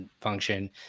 function